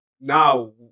now